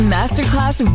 Masterclass